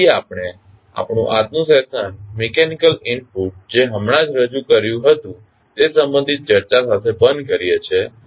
તેથી આપણે આપણું આજનું સેશન મિકેનિકલ ઇનપુટ જે હમણાં જ કર્યું હતું તે સંબંધિત ચર્ચા સાથે બંધ કરીએ છીએ